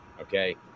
Okay